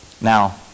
Now